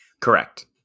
Correct